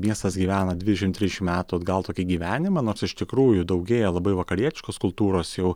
miestas gyvena dvidešimt trisdešimt metų atgal tokį gyvenimą nors iš tikrųjų daugėja labai vakarietiškos kultūros jau